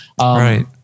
Right